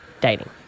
dating